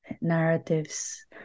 narratives